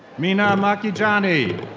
meena makhijani.